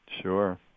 Sure